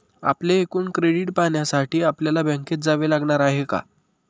आपले एकूण क्रेडिट पाहण्यासाठी आपल्याला बँकेत जावे लागणार आहे का?